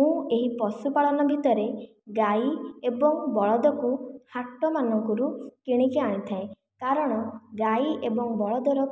ମୁଁ ଏହି ପଶୁପାଳନ ଭିତରେ ଗାଈ ଏବଂ ବଳଦକୁ ହାଟ ମାନଙ୍କରୁ କିଣିକି ଆଣି ଥାଏ କାରଣ ଗାଈ ଏବଂ ବଳଦର